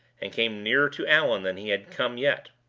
and came nearer to allan than he had come yet.